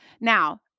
Now